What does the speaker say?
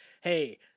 hey